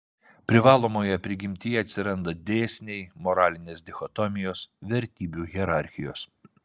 privalomoje prigimtyje atsiranda dėsniai moralinės dichotomijos vertybių hierarchijos